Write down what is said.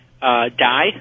die